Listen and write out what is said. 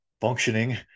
functioning